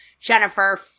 Jennifer